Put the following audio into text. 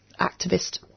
activist